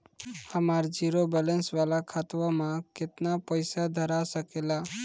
हमार zero balance वाला खतवा म केतना पईसा धरा सकेला?